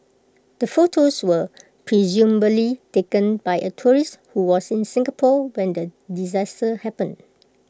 the photos were presumably taken by A tourist who was in Singapore when the disaster happened